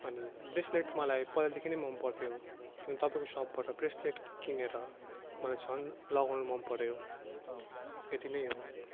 अनि ब्रेस्लेट मलाई पहिलादेखि नै मनपर्थ्यो त्यहाँ तपाईँको सपबाट ब्रेस्लेट किनेर मलाई झन् लगाउनु मनपर्यो यति नै हो